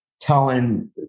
telling